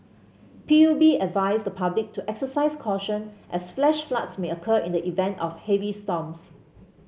P U B advised the public to exercise caution as flash floods may occur in the event of heavy storms